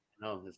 No